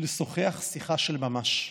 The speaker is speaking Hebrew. לשוחח שיחה של ממש,